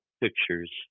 pictures